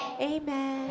Amen